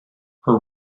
her